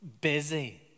busy